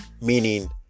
meaning